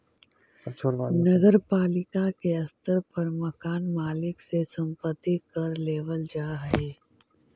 नगर पालिका के स्तर पर मकान मालिक से संपत्ति कर लेबल जा हई